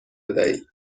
بدهید